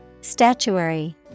Statuary